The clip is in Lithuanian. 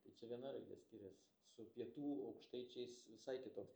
tai čia viena raidė skirias su pietų aukštaičiais visai kitoks